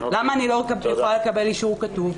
למה אני לא יכולה לקבל אישור כתוב?